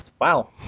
wow